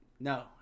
No